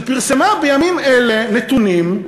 שפרסמה בימים אלה נתונים,